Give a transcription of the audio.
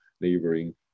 neighboring